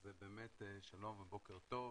אז באמת שלום ובוקר טוב.